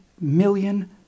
million